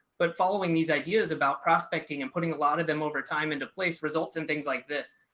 but following these ideas about prospecting and putting a lot of them over time into place results and things like this,